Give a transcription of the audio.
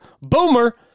Boomer